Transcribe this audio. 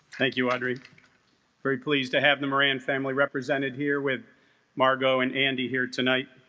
thank you audrey very pleased to have the moran family represented here with margo and andy here tonight